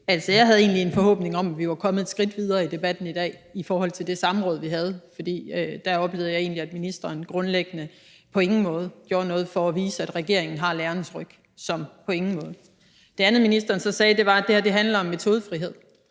Jeg havde egentlig en forhåbning om, at vi var kommet et skridt videre i debatten i dag i forhold til det samråd, vi havde, for der oplevede jeg egentlig, at ministeren grundlæggende på ingen måde gjorde noget for at vise, at regeringen har lærernes ryg – som på ingen måde. Det andet, ministeren så sagde, var, at det her handlede om metodefrihed.